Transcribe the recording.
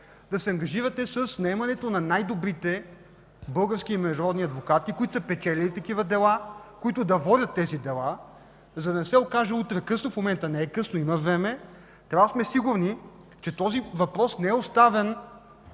да се ангажирате с наемането на най-добрите български и международни адвокати, които са печелили такива дела, които да водят тези дела, за да не се окаже утре, че е късно, в момента не е късно, има време. Трябва да сме сигурни, че този въпрос не е оставен